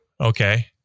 Okay